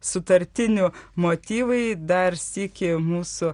sutartinių motyvai dar sykį mūsų